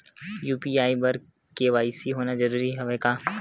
UPI बर KYC होना जरूरी हवय का?